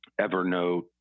Evernote